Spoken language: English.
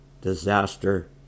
disaster